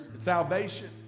salvation